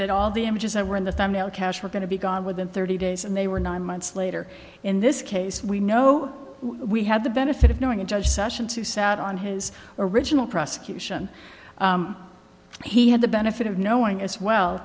that all the images that were in the cache were going to be gone within thirty days and they were nine months later in this case we know we had the benefit of knowing a judge sessions who sat on his original prosecution he had the benefit of knowing as well